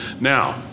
Now